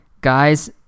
Guys